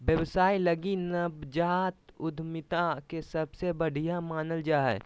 व्यवसाय लगी नवजात उद्यमिता के सबसे बढ़िया मानल जा हइ